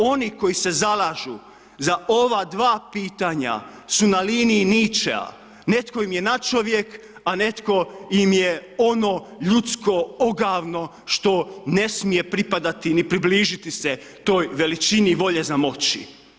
Oni koji se zalažu za ova dva pitanja su na liniji … Netko im je nadčovjek, a netko im je ono ljudsko, ogavno, što ne smije pripadati, ni približiti se toj veličini i volji za moći.